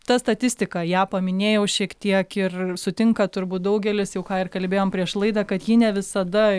ta statistika ją paminėjau šiek tiek ir sutinka turbūt daugelis jau ką ir kalbėjom prieš laidą kad ji ne visada